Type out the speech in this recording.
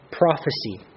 prophecy